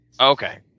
Okay